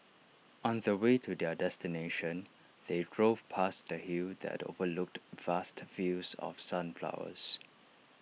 on the way to their destination they drove past A hill that overlooked vast fields of sunflowers